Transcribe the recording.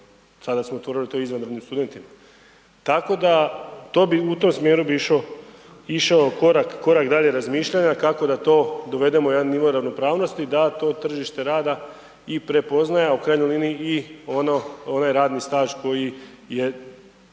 sada smo to … izvanrednim studentima. Tako da u tom smjeru bi išao korak dalje razmišljanja kako da to dovedemo u jedan nivo ravnopravnosti da to tržište rada i prepoznaje, a u krajnjoj liniji i onaj radni staž koji je